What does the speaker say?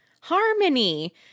harmony